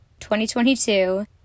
2022